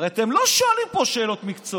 הרי אתם לא שואלים פה שאלות מקצועיות,